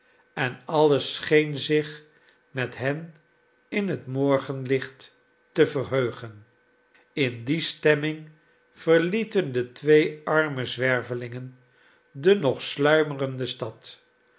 en alles scheen zich met hen in het morgenlicht te verheugen in die stemming verlieten de twee arme zwervelingen de nog sluimerende stad